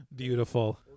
Beautiful